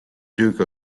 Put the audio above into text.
duke